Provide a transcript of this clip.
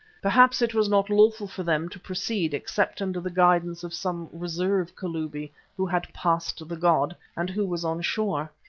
perhaps it was not lawful for them to proceed except under the guidance of some reserve kalubi who had passed the god and who was on shore.